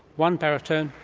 one baritone,